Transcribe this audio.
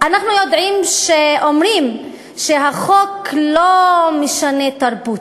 אומרים שהחוק לא משנה תרבות,